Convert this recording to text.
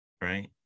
right